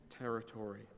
territory